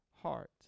heart